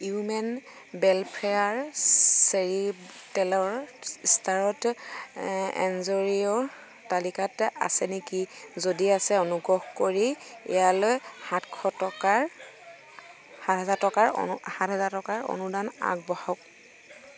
human welfare চেৰিটেলৰ ষ্টাৰত N জৰি অ'ৰ তালিকাত আছে নেকি যদি আছে অনুগ্ৰহ কৰি ইয়ালৈ সাতশ টকাৰ সাতহাজাৰ টকাৰ সাতহাজাৰ টকাৰ অনুদান আগবঢ়াওক